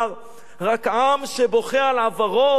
רק עם שבוכה על עברו יהיה לו עתיד.